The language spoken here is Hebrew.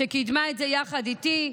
שקידמה את זה יחד איתי,